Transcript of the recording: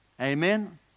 Amen